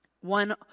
One